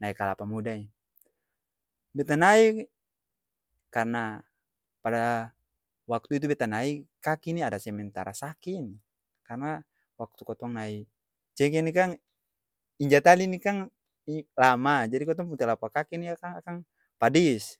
nae kalapa muda in. Beta nae karna pada waktu itu beta nai, kaki ni ada sementara saki ini, karna waktu kotong nai cengke ni kan'g, inja tali ni kan'g lamaa jadi kotong pung telapak kaki ni akang akang, padis.